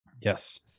Yes